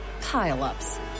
pile-ups